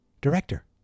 director